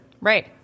Right